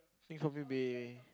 I think for me it'll be